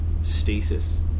stasis